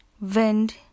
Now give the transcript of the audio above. wind